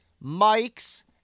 Mike's